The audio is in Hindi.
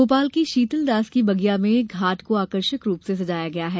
भोपाल की शीतलदास की बगिया में घाट को आकर्षक रुप से सजाया गया है